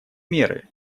меры